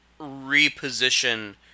reposition